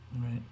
Right